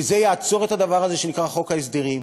זה יעצור את הדבר הזה שנקרא חוק ההסדרים,